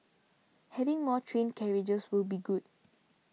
having more train carriages will be good